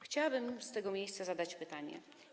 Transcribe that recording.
Chciałabym z tego miejsca zadać pytanie.